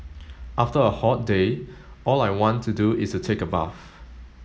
after a hot day all I want to do is take a bath